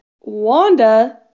Wanda